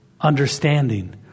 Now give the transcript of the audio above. understanding